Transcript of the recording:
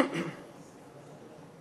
דבר בשם בגין.